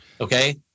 Okay